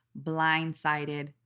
blindsided